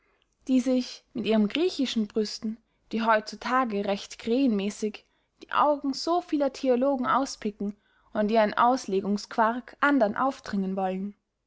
die sich mit ihrem griechischen brüsten die heut zu tage recht krähenmäßig die augen so vieler theologen auspicken und ihren auslegungsquark andern aufdringen wollen